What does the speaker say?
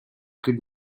kid